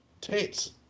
tits